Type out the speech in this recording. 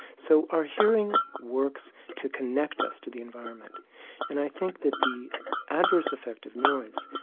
so our hearing works to connect us to the environment and i think that the adverse effect of noise,